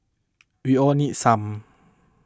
we all need some